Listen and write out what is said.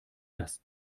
dass